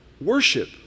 Worship